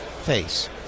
face